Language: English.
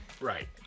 right